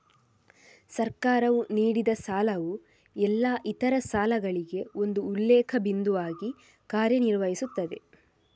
ಸರ್ಕಾರವು ನೀಡಿದಸಾಲವು ಎಲ್ಲಾ ಇತರ ಸಾಲಗಳಿಗೆ ಒಂದು ಉಲ್ಲೇಖ ಬಿಂದುವಾಗಿ ಕಾರ್ಯ ನಿರ್ವಹಿಸುತ್ತದೆ